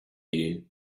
you